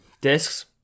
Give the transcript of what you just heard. Discs